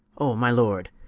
o my lord,